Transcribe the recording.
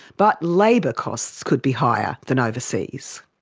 but labour costs could be higher than overseas.